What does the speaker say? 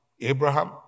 Abraham